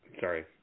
Sorry